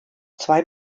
zwei